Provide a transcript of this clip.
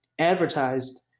advertised